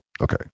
okay